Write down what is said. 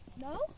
No